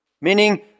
meaning